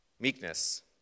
Meekness